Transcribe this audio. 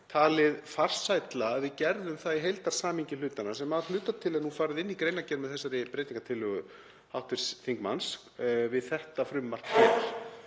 talið farsælla að við gerðum það í heildarsamhengi hlutanna sem að hluta til er nú farið inn í greinargerð með þessari breytingartillögu hv. þingmanns við þetta frumvarp